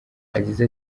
yagize